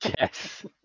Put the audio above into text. Yes